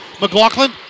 McLaughlin